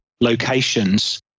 locations